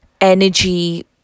energy